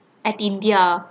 at india